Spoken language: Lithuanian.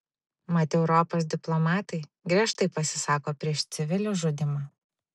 mat europos diplomatai griežtai pasisako prieš civilių žudymą